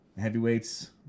Heavyweights